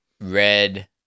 red